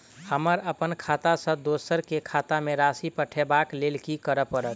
हमरा अप्पन खाता सँ दोसर केँ खाता मे राशि पठेवाक लेल की करऽ पड़त?